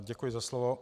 Děkuji za slovo.